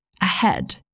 ahead